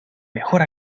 mejor